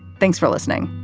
thanks for listening.